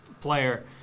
player